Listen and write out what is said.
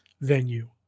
venue